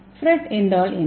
FRET என்றால் என்ன